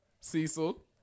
Cecil